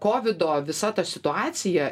kovido visa ta situacija